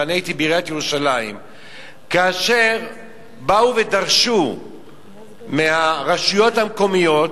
ואני הייתי בעיריית ירושלים כאשר באו ודרשו מהרשויות המקומיות